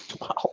Wow